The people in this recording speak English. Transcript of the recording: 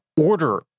order